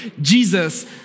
Jesus